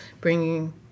bringing